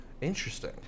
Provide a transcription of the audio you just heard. Interesting